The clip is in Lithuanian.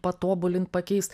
patobulint pakeist